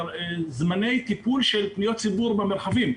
בזמני טיפול של פניות ציבור במרחבים.